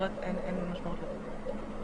אחרת אין משמעות לדבר הזה.